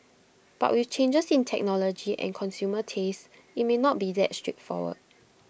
but with changes in technology and consumer tastes IT may not be that straightforward